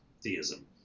theism